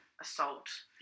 assault